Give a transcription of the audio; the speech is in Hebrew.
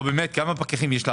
כמה פקחים יש לנו?